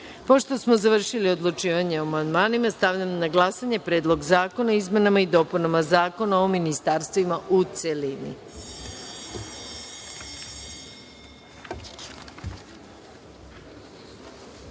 smo završili odlučivanje o amandmanima, stavljam na glasanje Predlog zakona o izmenama i dopunama Zakona o ministarstvima, u celini. Molim